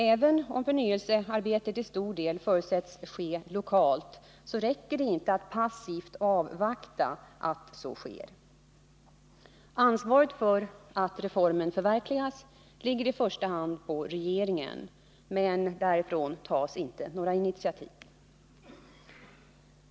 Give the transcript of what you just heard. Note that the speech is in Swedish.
Även om förnyelsearbetet till stor del förutsätts ske lokalt, räcker det inte med att passivt avvakta att så sker. Ansvaret för att reformen förverkligas ligger i första hand på regeringen, men några initiativ därifrån tas inte.